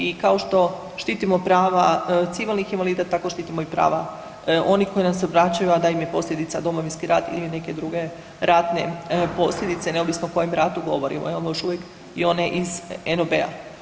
I kao što štitimo prava civilnih invalida tako štitimo i prava onih koji nam se obraćaju, a da im je posljedica Domovinski rat ili neke druge ratne posljedice neovisno o kojem ratu govorimo, imamo još i one iz NOB-a.